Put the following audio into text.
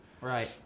Right